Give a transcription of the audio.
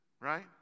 right